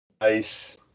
Nice